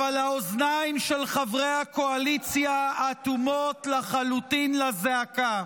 בקושי 5,000. אבל האוזניים של חברי הקואליציה אטומות לחלוטין לזעקה,